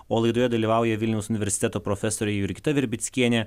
o laidoje dalyvauja vilniaus universiteto profesorė jurgita virbickienė